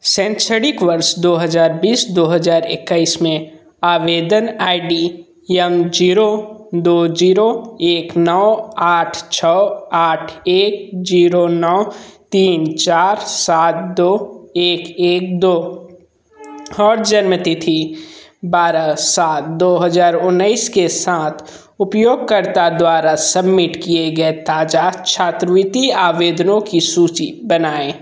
शैक्षणिक वर्ष दो हज़ार बीस दो हज़ार इक्कीस में आवेदन आई डी यम जीरो दो जीरो एक नौ आठ छः आठ एक जीरो नौ तीन चार सात दो एक एक दो और जन्म तिथि बारह सात दो हज़ार उन्नीस के साथ उपयोगकर्ता द्वारा सबमिट किए गए ताज़ा छात्रवृत्ति आवेदनों की सूची बनाएँ